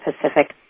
Pacific